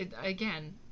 again